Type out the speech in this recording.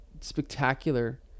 spectacular